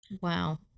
Wow